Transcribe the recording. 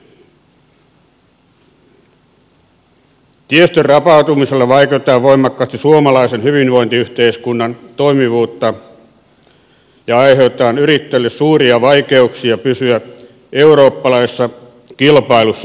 tiestön rapautumisella vaikeutetaan voimakkaasti suomalaisen hyvinvointiyhteiskunnan toimivuutta ja aiheutetaan yrittäjille suuria vaikeuksia pysyä eurooppalaisessa kilpailussa mukana